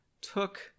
took